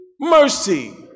mercy